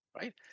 right